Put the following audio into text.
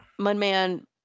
Mudman